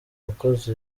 wakoze